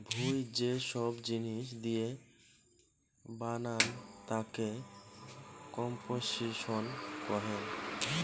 ভুঁই যে সব জিনিস দিয়ে বানান তাকে কম্পোসিশন কহে